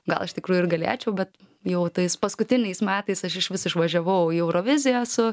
gal iš tikrųjų ir galėčiau bet jau tais paskutiniais metais aš išvis išvažiavau į euroviziją su